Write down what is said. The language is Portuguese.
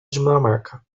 dinamarca